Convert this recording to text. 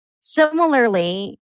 similarly